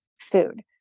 food